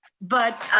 but